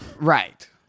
Right